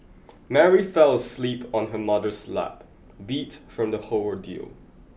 Mary fell asleep on her mother's lap beat from the whole ordeal